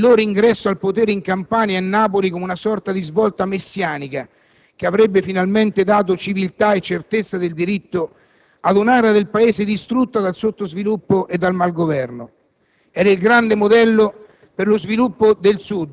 gli stessi che salutavano il loro ingresso al potere in Campania e a Napoli come una sorta di svolta messianica, che ha avrebbe finalmente dato civiltà e certezza del diritto ad un'area del Paese distrutta dal sottosviluppo e dal malgoverno?